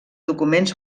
documents